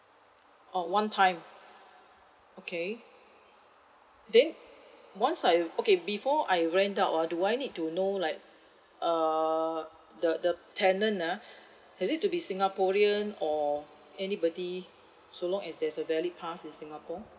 orh one time okay then once I've okay before I rent out ah do I need to know like err the the tenant ah has it to be singaporean or anybody so long as there's a valid pass in singapore